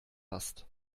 hast